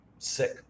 sick